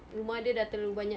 rumah dia dah terlalu banyak